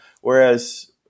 whereas